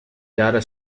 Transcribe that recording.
dare